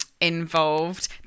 involved